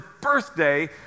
birthday